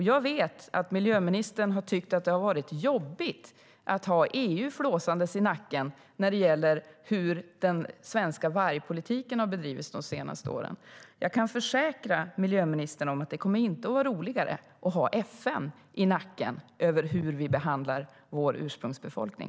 Jag vet att miljöministern har tyckt att det varit jobbigt att ha EU flåsande i nacken när det gäller hur den svenska vargpolitiken har bedrivits de senaste åren. Jag kan försäkra miljöministern att det inte kommer att vara roligare att ha FN flåsande i nacken om hur vi behandlar vår ursprungsbefolkning.